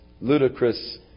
ludicrous